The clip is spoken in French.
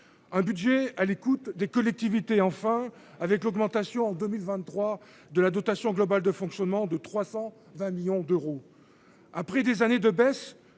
Un budget à l'écoute des collectivités enfin avec l'augmentation en 2023 de la dotation globale de fonctionnement de 320 millions d'euros. Après des années de baisse,